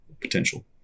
potential